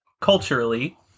culturally